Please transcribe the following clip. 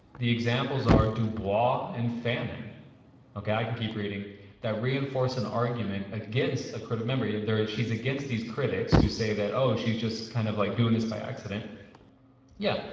the examples are du bois and fanon okay, i can keep reading that reinforce an argument against a court of member yet. third. she's against these critics who say that oh, she's just kind of like doing this by accident yeah,